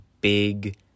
big